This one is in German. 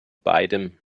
beidem